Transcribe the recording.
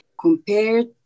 compared